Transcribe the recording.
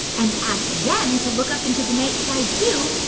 and asked them to look up into the night sky, too,